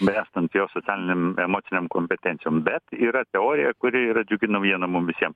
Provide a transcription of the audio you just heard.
bręstant jo socialinėm emocinėm kompetencijom bet yra teorija kuri yra džiugi naujiena mum visiem